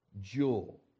jewel